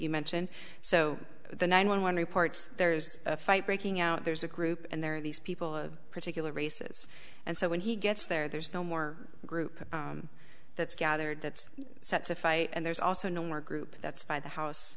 you mention so the nine one one reports there's a fight breaking out there's a group and there are these people of particular races and so when he gets there there's no more group that's gathered that's set to fight and there's also no more group that's by the house